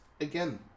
again